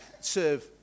serve